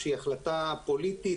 שהיא החלטה פוליטית,